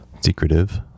secretive